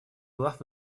глав